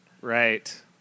Right